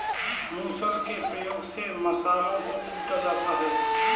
मुसल के प्रयोग से मसालों को कूटा जाता है